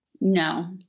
No